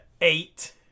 eight